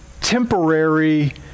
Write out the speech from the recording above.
temporary